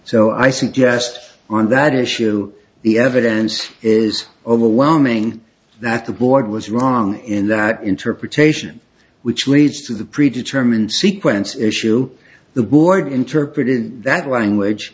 so i suggest on that issue the evidence is overwhelming that the board was wrong in that interpretation which leads to the pre determined sequence issue the board interpreted that language